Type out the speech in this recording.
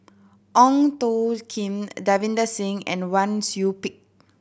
Ong Tjoe Kim Davinder Singh and Wang Sui Pick